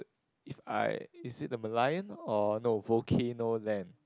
if I is it the Merlion or no volcano land